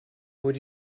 would